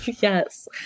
Yes